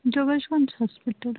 Jogeshganj hospital